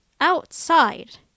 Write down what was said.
outside